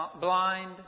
blind